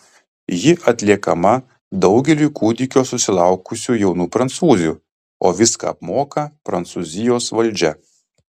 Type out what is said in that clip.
ji atliekama daugeliui kūdikio susilaukusių jaunų prancūzių o viską apmoka prancūzijos valdžia